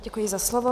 Děkuji za slovo.